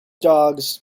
dogs